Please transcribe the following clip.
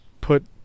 put